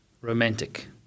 romantic